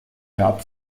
gab